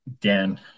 Dan